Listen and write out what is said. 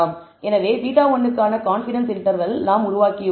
எனவே β1 க்கான confidence interval நாம் உருவாக்கியுள்ளோம்